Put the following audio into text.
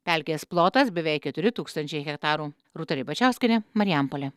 pelkės plotas beveik keturi tūkstančiai hektarų rūta ribačiauskienė marijampolė